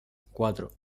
cuatro